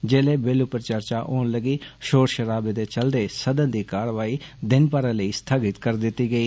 जेल्ले बिल पर चर्चा होन लगी षोर षराबे दे चलदे सदन दी कारवाई दिनभर लेई स्थगित करी दिती गेई